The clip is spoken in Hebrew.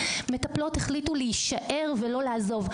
מטפלות החליטו להישאר ולא לעזוב.